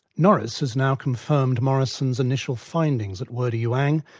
norris has now confirmed morieson's initial findings at wurdi youang,